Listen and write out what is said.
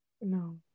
no